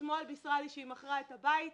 אתמול היא בישרה לי שהיא מכרה את הבית,